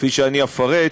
כפי שאני אפרט,